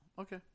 okay